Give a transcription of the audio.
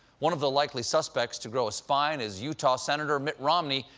one of the likely suspects to grow a spine is utah senator mitt romney,